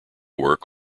work